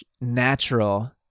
natural